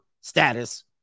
status